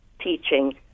teaching